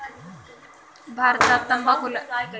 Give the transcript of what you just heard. भारतात तंबाखूला करापासून दूर ठेवले जाते